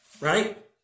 right